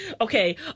Okay